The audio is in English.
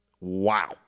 Wow